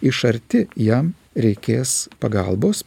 iš arti jam reikės pagalbos